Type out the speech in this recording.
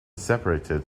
separated